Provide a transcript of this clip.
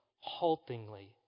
haltingly